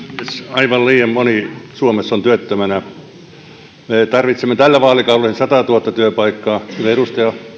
aivan liian moni suomessa on työttömänä me tarvitsemme tällä vaalikaudella satatuhatta työpaikkaa kuten edustaja